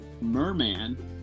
Merman